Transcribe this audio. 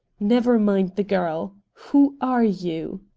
never mind the girl. who are you?